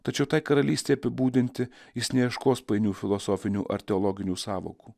tačiau tai karalystei apibūdinti jis neieškos painių filosofinių ar teologinių sąvokų